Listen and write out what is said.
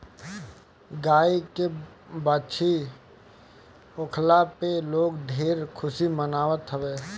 गाई के बाछी होखला पे लोग ढेर खुशी मनावत हवे